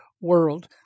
world